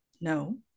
No